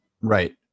Right